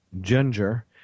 ginger